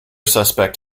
suspect